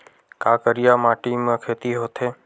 का करिया माटी म खेती होथे?